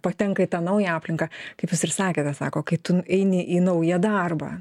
patenka į tą naują aplinką kaip jūs ir sakėte sako kai tu eini į naują darbą